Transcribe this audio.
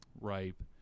ripe